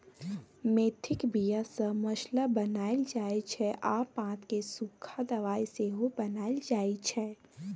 मेथीक बीया सँ मसल्ला बनाएल जाइ छै आ पात केँ सुखा दबाइ सेहो बनाएल जाइ छै